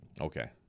Okay